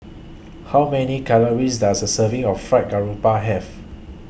How Many Calories Does A Serving of Fried Garoupa Have